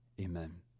Amen